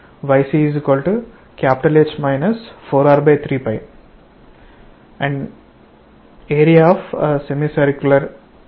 y10 y1 H yp ycH 4R3 AR22